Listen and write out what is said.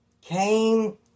came